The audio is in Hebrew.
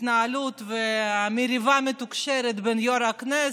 ההתנהלות והמריבה המתוקשרת בין יו"ר הכנסת,